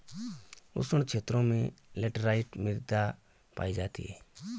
उष्ण क्षेत्रों में लैटराइट मृदा पायी जाती है